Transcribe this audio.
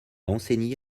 enseigné